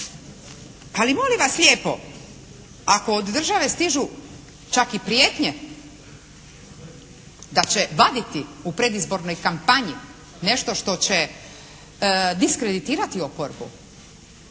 Ali molim vas lijepo, ako od države stižu čak i prijetnje da će vaditi u predizbornoj kampanji nešto što će diskreditirati oporbu,